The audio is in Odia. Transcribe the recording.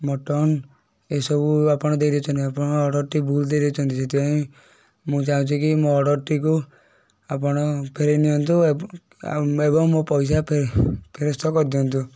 ମଟନ୍ ଏଇ ସବୁ ଆପଣ ଦେଇଦେଇଛନ୍ତି ଆପଣ ଅର୍ଡ଼ର୍ ଟି ଭୁଲ ଦେଇ ଦେଇଛନ୍ତି ସେଥିପାଇଁ ମୁଁ ଚାହୁଁଛି କି ମୋ ଅର୍ଡ଼ର୍ ଟିକୁ ଆପଣ ଫେରେଇ ନିଅନ୍ତୁ ଏବଂ ମୋ ପଇସା ଫେ ଫେରସ୍ତ କରିଦିଅନ୍ତୁ